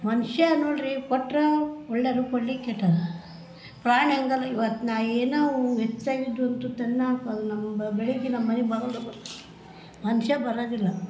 ಮನುಷ್ಯ ನೋಡಿರಿ ಕೊಟ್ರೆ ಒಳ್ಳೆದು ಕೊಡಲಿ ಕೆಟ್ಟದ್ದು ಪ್ರಾಣಿ ಹಂಗಲ್ಲ ಇವತ್ತು ನಾ ಏನು ಅವು ಹೆಚ್ಚಾಗಿದ್ದು ಒಂದು ತುತ್ತು ಅನ್ನ ಅದು ನಮ್ಗೆ ಬೆಳಿಗ್ಗೆ ನಮ್ಮ ಮನೆ ಬಾಗಲ್ದಲ್ಲಿ ಬರತ್ತೆ ಮನುಷ್ಯ ಬರೋದಿಲ್ಲ